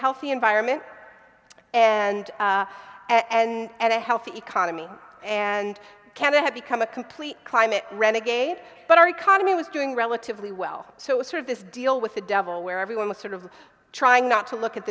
healthy environment and and a healthy economy and canada had become a complete climate renegade but our economy was doing relatively well so it was sort of this deal with the devil where everyone was sort of trying not to look at